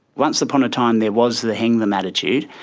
once upon a time there was the hang them attitude.